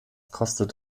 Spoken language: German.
kostet